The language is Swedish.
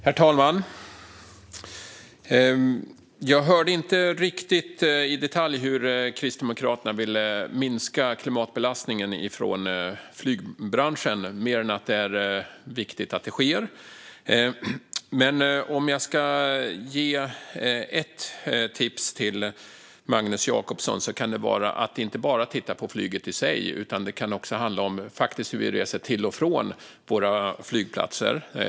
Herr talman! Jag hörde inte riktigt i detalj hur Kristdemokraterna vill minska klimatbelastningen från flygbranschen, bara att det är viktigt att det sker. Men om jag ska ge Magnus Jacobsson ett tips kan det vara att inte bara titta på flyget i sig. Det kan faktiskt också handla om hur vi reser till och från våra flygplatser.